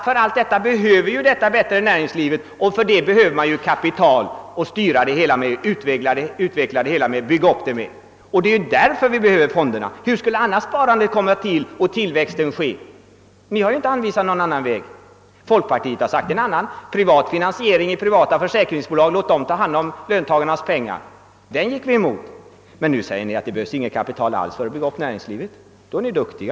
För allt detta behövs ett bättre näringsliv och det i sin tur kräver kapital. Därför behövs fonderna, ty hur skulle tillväxten annars ske. Ni har inte anvisat någon annan väg. Folkpartiet talade för privat finansiering genom enskilda försäkringsbolag, som = alltså skulle ta hand om löntagarnas pengar. Den gick vi emot. Men nu säger ni att det inte alls behövs något kapital för att bygga upp näringslivet. Då är ni duktiga!